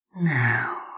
Now